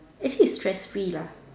actually is stress free lah